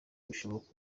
birashoboka